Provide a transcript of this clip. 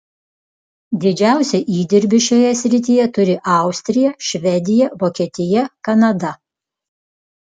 didžiausią įdirbį šioje srityje turi austrija švedija vokietija kanada